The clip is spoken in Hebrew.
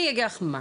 אני אגיד לך מה,